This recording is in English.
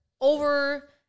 over